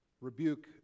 rebuke